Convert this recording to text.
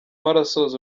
arasoza